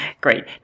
great